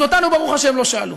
אז אותנו, ברוך השם, לא שאלו.